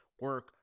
Work